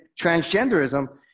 transgenderism